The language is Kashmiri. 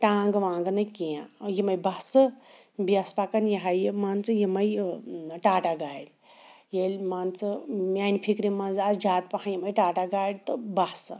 ٹانٛگہٕ وانٛگہٕ نہٕ کینٛہہ یِمَے بَسہٕ بیٚیہِ آسہٕ پَکان یہِ ہا یہِ مان ژٕ یِمَے یہِ ٹاٹا گاڑِ ییٚلہِ مان ژٕ میٛانہِ فِکرِ منٛز آسہٕ زیادٕ پَہَم یِمَے ٹاٹا گاڑِ تہٕ بَسہٕ